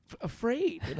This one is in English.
afraid